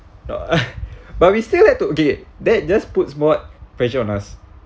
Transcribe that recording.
but we still have to okay that just puts more pressure on us